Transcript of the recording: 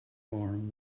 alarm